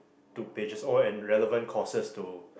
two pages oh and relevant courses to